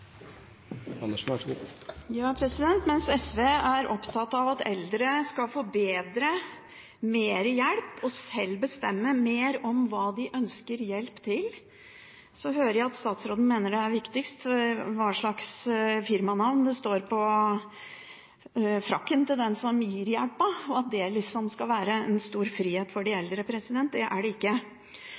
hjelp og selv bestemme mer om hva de skal ha hjelp til, hører jeg at statsråden mener det er viktigst hva slags firmanavn det står på frakken til den som gir hjelpen, og at det liksom skal være en stor frihet for de eldre. Det er det ikke.